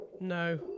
No